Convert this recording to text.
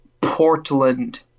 Portland